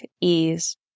ease